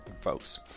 folks